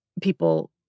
people